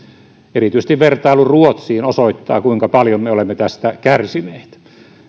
erityisesti vertailu ruotsiin osoittaa kuinka paljon me olemme tästä kärsineet